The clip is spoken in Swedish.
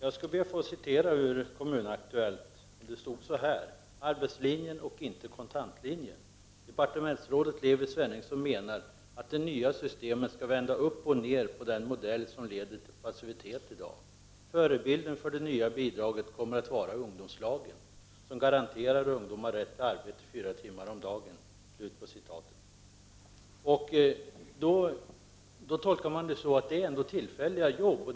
Herr talman! Jag skall be att få återge vad som stod i Kommun-Aktuellt: Departementsrådet Levi Svenningsson menar att det nya systemet ska vända upp och ner på den modell som leder till passivitet i dag. Förebilden för det nya bidraget kommer att vara ungdomslagen, som garanterar ungdomar rätt till arbete 4 timmar om dagen.” Då tolkar man detta så att det ändå är tillfälliga arbeten.